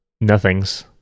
nothings